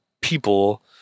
people